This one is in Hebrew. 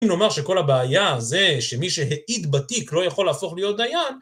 אם נאמר שכל הבעיה זה שמי שהעיד בתיק לא יכול להפוך להיות דיין...